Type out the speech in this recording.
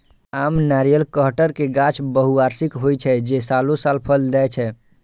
आम, नारियल, कहटर के गाछ बहुवार्षिक होइ छै, जे सालों साल फल दै छै